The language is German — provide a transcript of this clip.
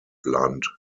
land